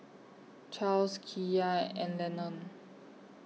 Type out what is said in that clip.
Charles Kiya and Lennon